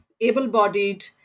able-bodied